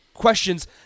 questions